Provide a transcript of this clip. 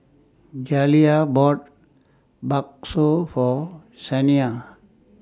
Jaliyah bought Bakso For Saniyah